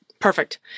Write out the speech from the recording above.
perfect